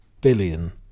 billion